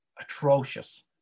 atrocious